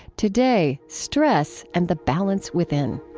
today, stress and the balance within.